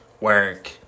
work